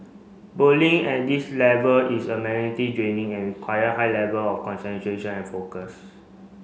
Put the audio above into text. bowling at this level is a draining and require high level of concentration and focus